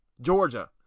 Georgia